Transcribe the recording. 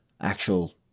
actual